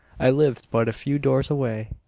i lived but a few doors away.